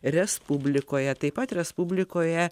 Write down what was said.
respublikoje taip pat respublikoje